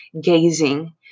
gazing